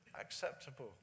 acceptable